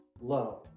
low